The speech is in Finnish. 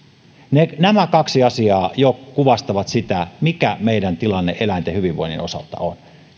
nämä kaksi asiaa jo kuvastavat sitä mikä meidän tilanteemme eläinten hyvinvoinnin osalta on